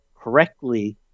correctly